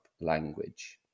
language